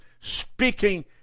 speaking